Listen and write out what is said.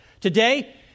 Today